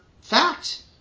fact